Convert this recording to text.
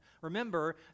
Remember